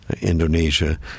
Indonesia